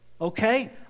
okay